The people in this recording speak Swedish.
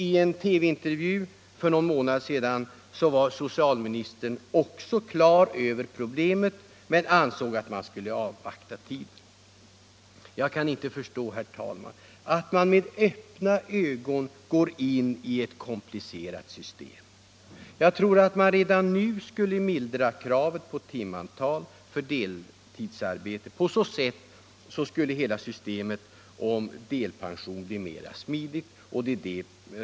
I en TV-intervju för någon månad sedan var också socialministern på det klara med problemen men ansåg att man skulle avvakta tiden. Jag kan inte förstå, herr talman, att man med öppna ögon går in i ett komplicerat system. Redan nu borde man mildra kravet på timtantal för deltidsarbete. På så sätt skulle hela systemet med delpension bli smidigare.